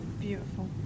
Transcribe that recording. beautiful